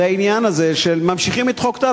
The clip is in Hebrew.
זה העניין הזה שממשיכים את חוק טל.